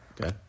Okay